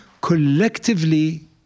Collectively